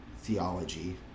theology